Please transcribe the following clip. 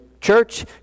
church